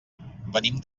venim